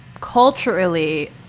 culturally